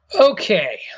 Okay